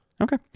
Okay